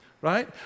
right